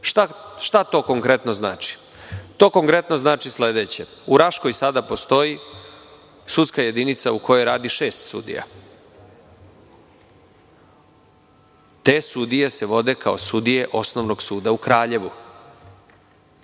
to konkretno znači? To konkretno znači sledeće. U Raškoj sada postoji sudska jedinica u kojoj radi šest sudija. Te sudije se vode kao sudije Osnovnog suda u Kraljevu.